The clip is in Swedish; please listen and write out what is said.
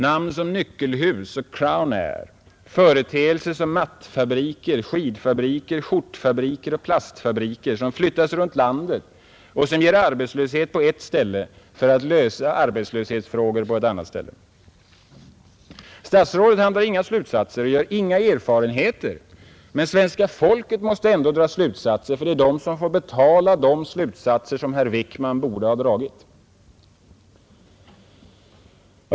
Namn som Nyckelhus och den statliga företag Crown Air, företeelser som mattfabriker, skidfabriker, skjortfabriker och samheten plastfabriker som flyttat runt landet och som ger arbetslöshet på ett ställe för att lösa arbetslöshetsfrågor på ett annat. Statsrådet drar inga slutsatser och gör inga erfarenheter. Men svenska folket måste ändå dra slutsatser, för det är det som får betala de slutsatser som herr Wickman borde ha dragit.